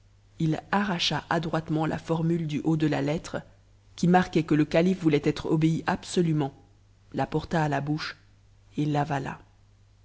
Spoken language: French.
it arracha adroitement la formule du haut de la lettre qui marqaa't que le calife voulait être obéi absolument la porta à la bouche l'avala